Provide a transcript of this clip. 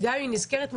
גם אם היא נזכרת מאוחר,